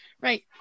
Right